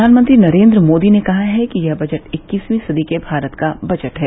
प्रधानमंत्री नरेंद्र मोदी ने कहा है कि यह बजट इक्कीसवीं सदी के भारत का बजट है